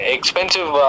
Expensive